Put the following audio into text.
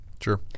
Sure